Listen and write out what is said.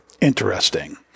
interesting